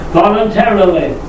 voluntarily